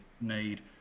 need